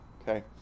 Okay